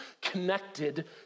connected